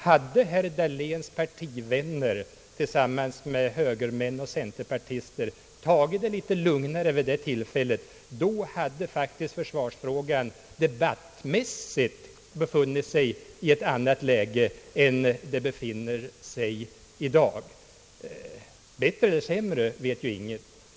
Hade herr Dahléns partivänner tillsammans med högermän och centerpartister tagit det litet lugnare vid det tillfället, hade faktiskt försvarsfrågan debattmässigt befunnit sig i ett annat läge än den befinner sig i i dag — bättre eller sämre vet ju ingen.